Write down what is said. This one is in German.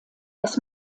das